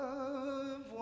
Love